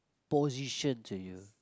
position to you